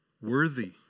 worthy